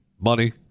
Money